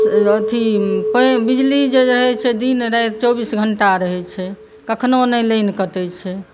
अथी बिजली जे रहै छै दिन राति चौबीस घण्टा रहै छै कखनो नहि लाइन कटै छै